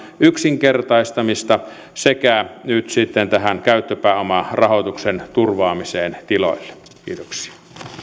yksinkertaistamista sekä nyt sitten tätä käyttöpääomarahoituksen turvaamista tiloille kiitoksia ennen